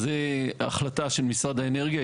זו החלטה של משרד האנרגיה.